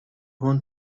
want